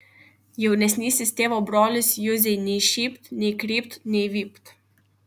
jaunesnysis tėvo brolis juzei nei šypt nei krypt nei vypt